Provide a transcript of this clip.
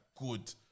good